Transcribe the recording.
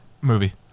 movie